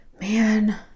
man